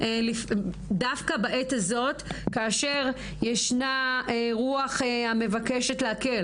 דווקא בעת הזאת כאשר ישנה רוח המבקשת להקל